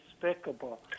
despicable